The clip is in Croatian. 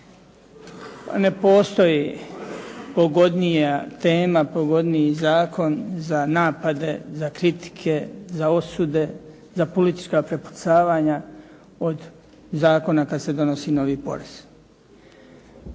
Ne postoji pogodnija tema, pogodniji zakon za napade, za kritike, za osude, za politička prepucavanja od zakona kad se donosi novi porez,